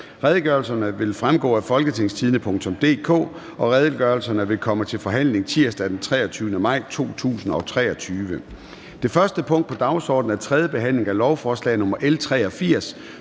Redegørelserne vil fremgå af www.folketingstidende.dk. Redegørelserne vil komme til forhandling tirsdag den 23. maj 2023. --- Det første punkt på dagsordenen er: 1) 3. behandling af lovforslag nr. L